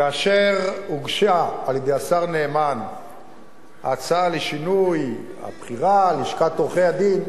כאשר הוגשה על-ידי השר נאמן ההצעה לשינוי הבחירה בלשכת עורכי-הדין,